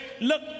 look